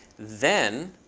then